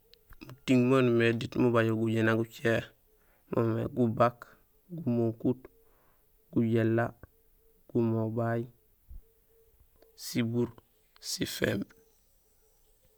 Muting maan umimé diit mubajo gujéén gucé mo moomé gubak, gumunkut, gujéél, gumpbay, sibuur, siféémb.